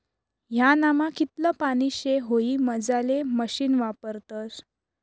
ह्यानामा कितलं पानी शे हाई मोजाले मशीन वापरतस